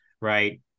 right